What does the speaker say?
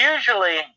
Usually